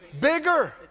Bigger